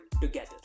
together